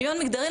שוויון מגדרי,